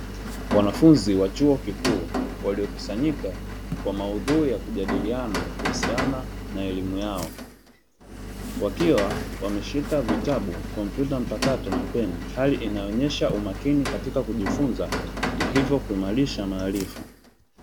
Wanafunzi wa chuo kikuu waliokusanyika kwa maudhui ya kujadiliana kuhusiana na elimu yao, wakiwa wameshika vitabu kompyuta mpakato na peni hali inaonyesha umakini katika kujifunza na hivyo kuimarisha maarifa.